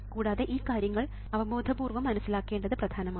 കൂടാതെ ഈ കാര്യങ്ങൾ അവബോധപൂർവ്വം മനസ്സിലാക്കേണ്ടത് പ്രധാനമാണ്